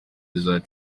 bizaba